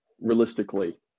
realistically